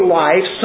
life